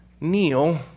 kneel